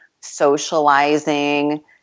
socializing